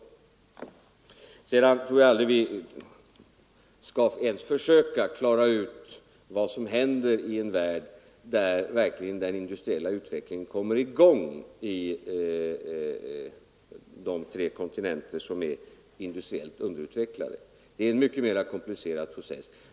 Sedan tror jag att vi aldrig ens skall försöka klara ut vad som händer i denna värld när den industriella utvecklingen verkligen kommer i gång på de tre kontinenter som är industriellt underutvecklade, för det är en mycket mera komplicerad process.